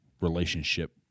relationship